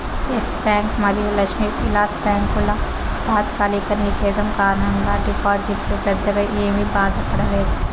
yes Bank మరియు లక్ష్మీ విలాస్ బ్యాంకుల తాత్కాలిక నిషేధం కారణంగా డిపాజిటర్లు పెద్దగా ఏమీ బాధపడలేదు